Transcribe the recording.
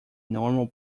normal